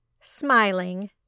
Smiling